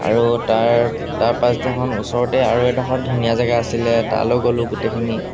আৰু তাৰ তাৰ পাছদিনাখন ওচৰতে আৰু এডখৰত ধুনীয়া জেগা আছিলে তালৈ গ'লোঁ গোটেইখিনি